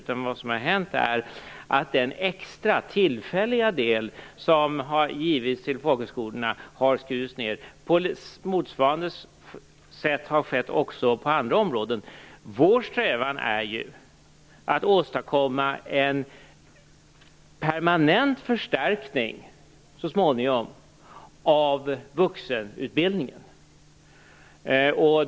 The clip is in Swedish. Vad som har hänt är att de extra, tillfälliga medel som har givits till folkhögskolorna har skurits ned. Motsvarande har skett på andra områden. Vår strävan är ju att så småningom åstadkomma en permanent förstärkning av vuxenutbildningen.